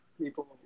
people